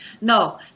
no